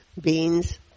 beans